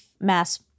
mass